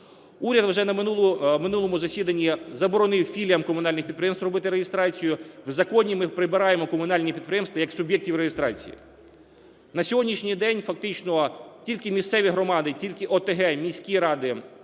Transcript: Уряд вже на минулому засіданні заборонив філіям комунальних підприємств робити реєстрацію. В законі ми прибираємо комунальні підприємства як суб'єктів реєстрації. На сьогоднішній день фактично тільки місцеві громади, тільки ОТГ, міські ради